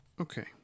Okay